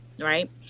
Right